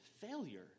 failure